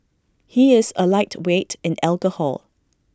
he is A lightweight in alcohol